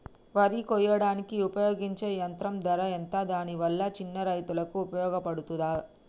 వరి కొయ్యడానికి ఉపయోగించే యంత్రం ధర ఎంత దాని వల్ల చిన్న రైతులకు ఉపయోగపడుతదా?